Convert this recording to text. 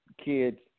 Kids